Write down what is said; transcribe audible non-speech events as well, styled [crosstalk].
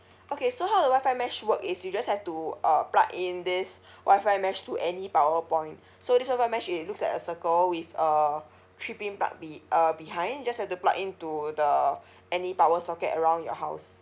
okay so how the WI-FI mesh work is you just have to uh plug in this [breath] WI-FI mesh to any power point so this WI-FI mesh it looks like a circle with uh three pin plug be~ uh behind just have to plug in to the any power socket around your house